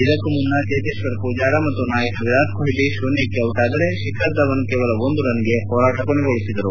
ಇದಕ್ಕೂ ಮುನ್ನ ಚೇತೇಶ್ವರ ಪೂಜಾರ ಮತ್ತು ನಾಯಕ ವಿರಾಟ್ ಕೊಹ್ಲಿ ಶೂನ್ಯಕ್ಷೆ ಔಟಾದರೆ ಶಿಖರ್ ಧವನ್ ಕೇವಲ ಒಂದು ರನ್ ಗೆ ಹೋರಾಟ ಕೊನೆಗೊಳಿಸಿದರು